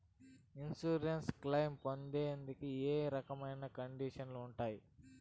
Insurance claim పొందేకి ఏ రకమైన కండిషన్లు ఉంటాయి?